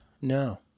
no